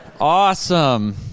Awesome